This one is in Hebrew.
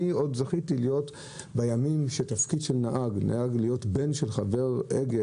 אני עוד זכיתי להיות בימים שבהם להיות בן של חבר אגד